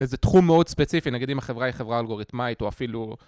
איזה תחום מאוד ספציפי, נגיד אם החברה היא חברה אלגוריתמאית או אפילו...